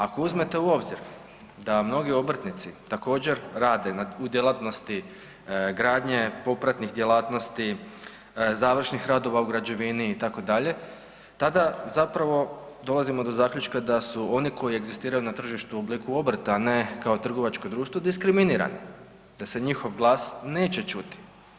Ako uzmete u obzir da mnogi obrtnici također rade u djelatnosti gradnje, popratnih djelatnosti, završnih radova u građevini itd., tada zapravo dolazimo do zaključka da su oni koji egzistiraju na tržištu u obliku obrta, a ne kao trgovačko društvo diskriminirani, da se njihov glas neće čuti.